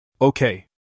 Okay